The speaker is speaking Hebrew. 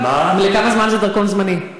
לכמה זמן זה דרכון זמני?